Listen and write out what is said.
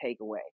takeaway